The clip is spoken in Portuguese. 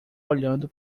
olhando